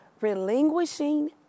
relinquishing